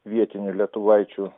vietinių lietuvaičių